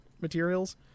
materials